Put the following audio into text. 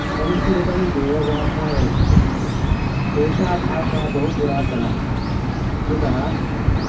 संस्कृतं देवभाषा वर्तते एषा भाषा बहु पुरातनी यदा